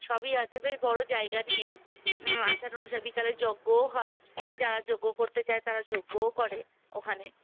সবই আছে বেশ বড়ো জায়গা নিয়েই আচার অনুসারে বিকালে যজ্ঞও হয় যারা যজ্ঞ করতে চায় তারা যজ্ঞও করে ওখানে